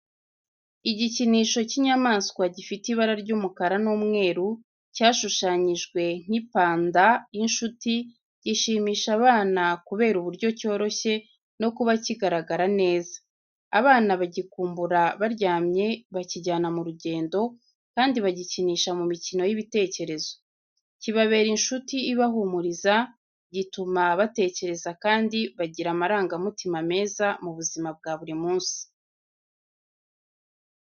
Igikinisho cy'inyamaswa gifite ibara ry'umukara n'umweru, cyashushanyijwe nk'ipanda y’inshuti, gishimisha abana kubera uburyo cyoroshye no kuba kigaragara neza. Abana bagikumbura baryamye, bakijyana mu rugendo, kandi bagikinisha mu mikino y’ibitekerezo. Kibabera inshuti ibahumuriza, gituma batekereza kandi bagira amarangamutima meza mu buzima bwa buri munsi.